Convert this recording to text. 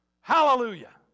Hallelujah